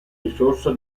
risorsa